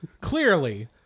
Clearly